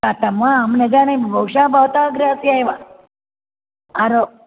त तं वा अहं न जाने बहुशः भवतः गृहस्य एव आरो